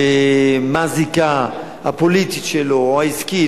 ומה הזיקה הפוליטית שלו או העסקית,